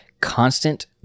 constant